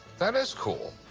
that is cool.